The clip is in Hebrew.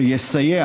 שיסייע